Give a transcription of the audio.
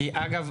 אגב,